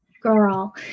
girl